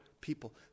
people